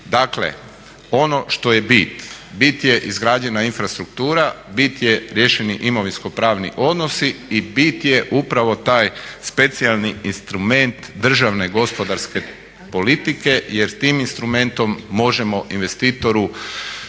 Dakle ono što je bit, bi je izgrađena infrastruktura, bit je riješeni imovinsko pravni odnosi i bit je upravo taj specijalni instrument državne gospodarske politike jer tim instrumentom možemo investitoru